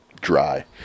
dry